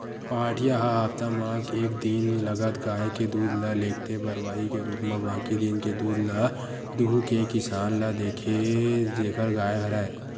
पहाटिया ह हप्ता म एक दिन लगत गाय के दूद ल लेगथे बरवाही के रुप म बाकी दिन के दूद ल दुहू के किसान ल देथे जेखर गाय हरय